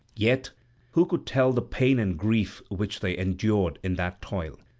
yet who could tell the pain and grief which they endured in that toil?